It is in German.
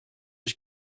ich